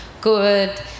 good